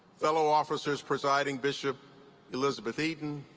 fellow officers presiding bishop elizabeth eaton,